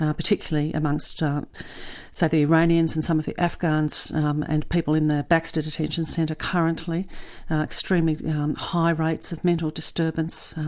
um particularly amongst um say the iranians and some of the afghans um and people in the baxter detention centre currently extremely high rates of mental disturbance,